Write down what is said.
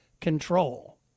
control